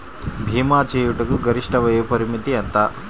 భీమా చేయుటకు గరిష్ట వయోపరిమితి ఎంత?